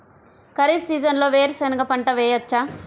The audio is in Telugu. ఖరీఫ్ సీజన్లో వేరు శెనగ పంట వేయచ్చా?